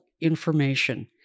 information